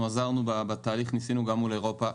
אנחנו עזרנו בתהליך וניסינו גם מול אירופה.